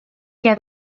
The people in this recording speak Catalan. què